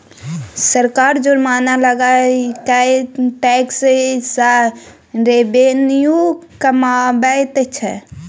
सरकार जुर्माना लगा कय टैक्स सँ रेवेन्यू कमाबैत छै